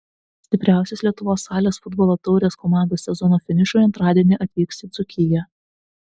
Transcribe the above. stipriausios lietuvos salės futbolo taurės komandos sezono finišui antradienį atvyks į dzūkiją